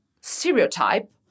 stereotype